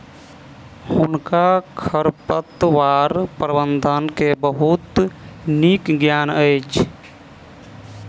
हुनका खरपतवार प्रबंधन के बहुत नीक ज्ञान अछि